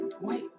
Wait